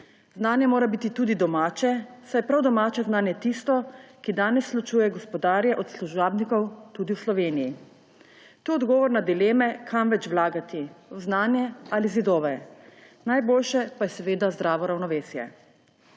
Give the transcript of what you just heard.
Znanje mora biti tudi domače, saj je prav domače znanje tisto, ki danes ločuje gospodarje od služabnikov tudi v Sloveniji. To je odgovor na dileme, kam več vlagati, v znanje ali zidove, najboljše pa je seveda zdravo ravnovesje.